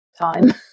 time